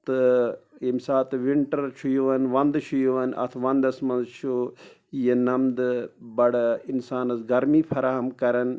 تہٕ ییٚمہِ ساتہٕ وِنٹَر چھُ یِوان وَندٕ چھِ یِوان اَتھ وَندَس منٛز چھُ یہِ نَمدٕ بَڑٕ اِنسانَس گرمی فَراہَم کَران